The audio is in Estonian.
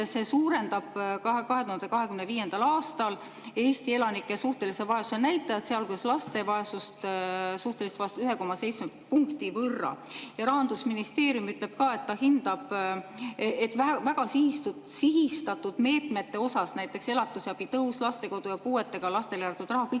suurendab 2025. aastal Eesti elanike suhtelise vaesuse näitajat, sealhulgas laste suhtelist vaesust, 1,7 punkti võrra. Ja Rahandusministeerium ütleb ka, et ta hindab, et väga sihitatud meetmete osas, näiteks elatisabi tõus, lastekodu‑ ja puuetega lastele jagatud raha